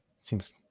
seems